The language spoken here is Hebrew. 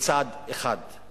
מצד אחד.